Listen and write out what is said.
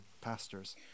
pastors